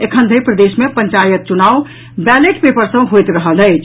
एखन धरि प्रदेश मे पंचायत चुनाव बैलेट पेपर सॅ होयत रहल अछि